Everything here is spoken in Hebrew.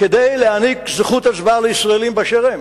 כדי להעניק זכות הצבעה לישראלים באשר הם.